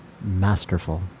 Masterful